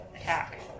attack